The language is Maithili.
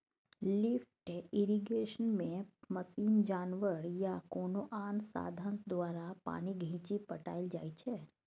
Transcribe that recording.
लिफ्ट इरिगेशनमे मशीन, जानबर या कोनो आन साधंश द्वारा पानि घीचि पटाएल जाइ छै